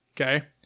Okay